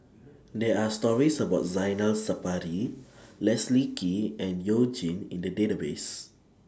There Are stories about Zainal Sapari Leslie Kee and YOU Jin in The Database